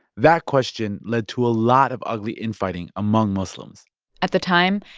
that question led to a lot of ugly infighting among muslims at the time,